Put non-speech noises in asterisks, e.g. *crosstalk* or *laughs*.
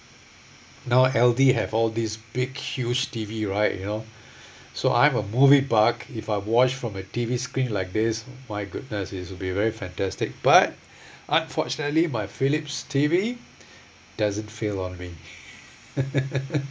now L_D have all these big huge T_V right you know so I'm a movie bug if I watch from a T_V screen like this my goodness it'll be very fantastic but unfortunately my philips T_V doesn't fail on me *laughs*